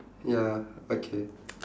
ya okay